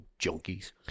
junkies